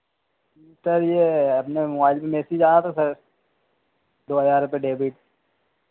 sir ये अपने mobile पर मैसेज आया था सर दो हजार रुपये डेबिट